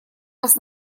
вас